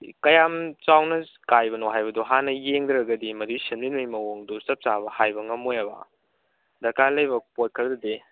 ꯀꯌꯥꯝ ꯆꯥꯎꯅ ꯀꯥꯏꯕꯅꯣ ꯍꯥꯏꯕꯗꯣ ꯍꯥꯟꯅ ꯌꯦꯡꯗ꯭ꯔꯒꯗꯤ ꯃꯗꯨꯏ ꯁꯦꯝꯖꯤꯟꯕꯩ ꯃꯑꯣꯡꯗꯣ ꯆꯞ ꯆꯥꯕ ꯍꯥꯏꯕ ꯉꯝꯃꯣꯏꯑꯕ ꯗꯔꯀꯥꯔ ꯂꯩꯕ ꯄꯣꯠ ꯈꯔꯗꯤ